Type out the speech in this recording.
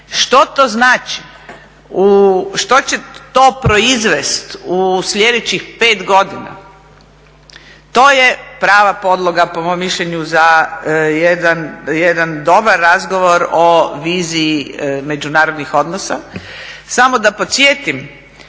Što to znači? U što će to proizvesti u sljedećih 5 godina? To je prava podloga po mom mišljenju za jedan dobar razgovor o viziji međunarodnih odnosa. Samo da podsjetim,